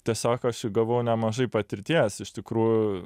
tiesiog aš įgavau nemažai patirties iš tikrųjų